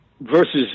Versus